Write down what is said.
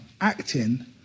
acting